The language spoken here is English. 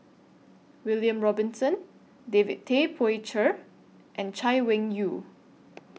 William Robinson David Tay Poey Cher and Chay Weng Yew